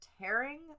tearing